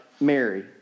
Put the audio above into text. Mary